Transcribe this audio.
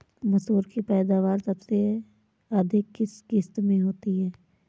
मसूर की पैदावार सबसे अधिक किस किश्त में होती है?